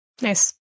Nice